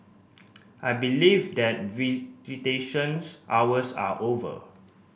I believe that visitations hours are over